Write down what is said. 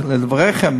לדבריכם,